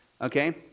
Okay